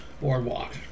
boardwalk